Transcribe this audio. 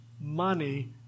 money